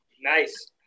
Nice